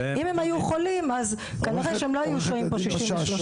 אם הם היו חולים אז כנראה שהם לא היו נשארים פה 63 חודשים.